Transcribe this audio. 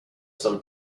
some